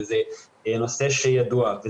וזה נושא שידוע,